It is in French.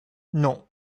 non